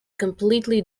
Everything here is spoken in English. completely